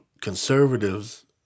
conservatives